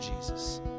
Jesus